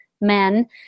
men